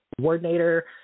coordinator